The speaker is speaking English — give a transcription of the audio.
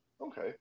Okay